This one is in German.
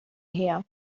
her